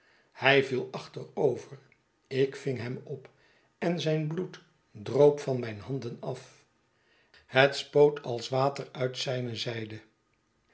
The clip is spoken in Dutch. hij viel achterover ik ving hem op en zijn bloed droop van mijn handen af het spoot als water uit zijn zijde